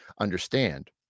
understand